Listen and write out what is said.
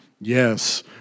Yes